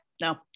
no